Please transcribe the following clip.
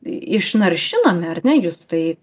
išnaršinami ar ne jūs tai